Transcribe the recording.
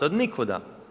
Od nikuda.